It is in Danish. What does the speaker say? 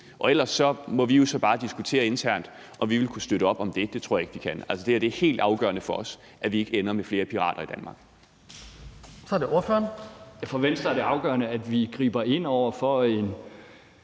Ellers må vi jo så bare diskutere internt, om vi vil kunne støtte op om det. Det tror jeg ikke vi kan. Altså, det er helt afgørende for os, at vi ikke ender med flere pirater i Danmark. Kl. 09:44 Den fg. formand (Hans Kristian Skibby): Så er det ordføreren.